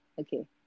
okay